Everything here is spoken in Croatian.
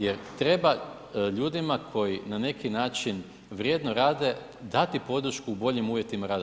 Jer treba ljudima koji na neki način vrijedno rade dati podršku u boljim uvjetima rada.